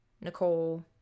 Nicole